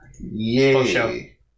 yay